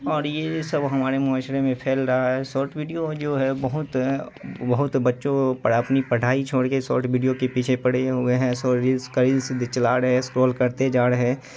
اور یہ سب ہمارے معاشرے میں پھیل رہا ہے سارٹ بیڈیو جو ہے بہت بہت بچوں پر اپنی پڑھائی چھوڑ کے سارٹ بیڈیو کے پیچھے پڑے ہوئے ہیں سو ریلس کا ریلس چلا رہے اسکرول کرتے جا رہے